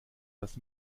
das